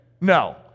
no